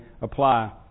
apply